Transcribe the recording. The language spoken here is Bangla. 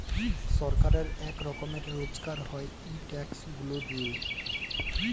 ছরকারের ইক রকমের রজগার হ্যয় ই ট্যাক্স গুলা দিঁয়ে